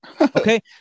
okay